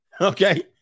okay